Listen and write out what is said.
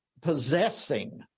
possessing